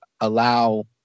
allow